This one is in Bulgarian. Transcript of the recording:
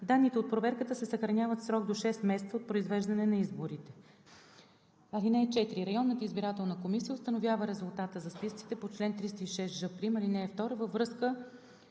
Данните от проверката се съхраняват в срок до 6 месеца от произвеждане на изборите. (4) Районната избирателна комисия установява резултата за списъците по чл. 306ж' ал. 2 въз